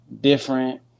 different